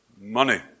money